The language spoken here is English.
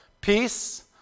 peace